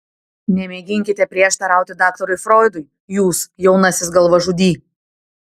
nemėginkite prieštarauti daktarui froidui jūs jaunasis galvažudy